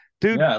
dude